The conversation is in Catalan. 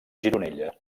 gironella